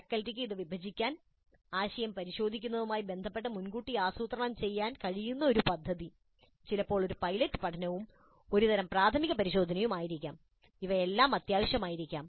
ഫാക്കൽറ്റിക്ക് ഇത് വിഭജിക്കാൻ ആശയം പരിശോധിക്കുന്നതുമായി ബന്ധപ്പെട്ട് മുൻകൂട്ടി ആസൂത്രണം ചെയ്യുന്ന ഒരു പദ്ധതി ചിലപ്പോൾ ഒരു പൈലറ്റ് പഠനവും ഒരുതരം പ്രാഥമിക പരിശോധനയും ആയിരിക്കാം അവയെല്ലാം അത്യാവശ്യമായിരിക്കാം